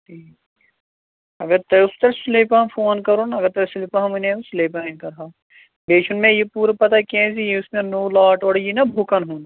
ٹھیٖک اگر تۄہہِ اوسوٕ تۄہہِ سُلے پہم فون کَرُن اگر تۄہہِ سُلہِ پَہَم ؤنٮ۪وٕ سُلی پَہَن کَرہو بیٚیہِ چھُنہٕ مےٚ یہِ پوٗرٕ پَتہ کیٚنٛہہ زِ یُس مےٚ نوٚو لاٹ اورٕ یہِ نا بُکَن ہُنٛد